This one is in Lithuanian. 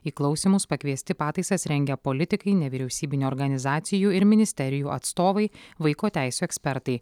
į klausymus pakviesti pataisas rengę politikai nevyriausybinių organizacijų ir ministerijų atstovai vaiko teisių ekspertai